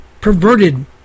perverted